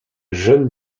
jeunes